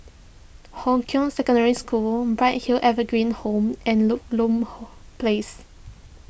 Hong Kah Secondary School Bright Hill Evergreen Home and Ludlow Place